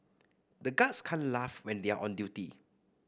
the guards can't laugh when they are on duty